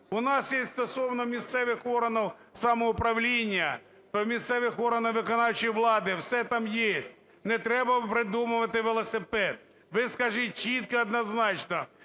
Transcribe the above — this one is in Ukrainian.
У нас є стосовно місцевих органів самоуправління, місцевих органів виконавчої влади, все там є, не треба придумувати велосипед. Ви скажіть чітко і однозначно: